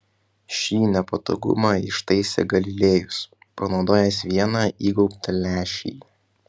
šį nepatogumą ištaisė galilėjus panaudojęs vieną įgaubtą lęšį